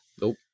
Nope